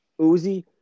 Uzi